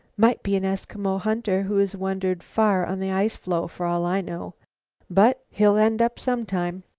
might be an eskimo hunter who has wandered far on the ice-floe, for all i know but he'll end up sometime.